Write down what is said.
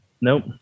Nope